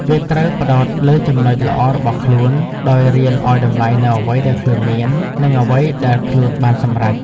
វាត្រូវផ្តោតលើចំណុចល្អរបស់ខ្លួន ដោយរៀនឲ្យតម្លៃនូវអ្វីដែលខ្លួនមាន និងអ្វីដែលខ្លួនបានសម្រេច។